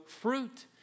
fruit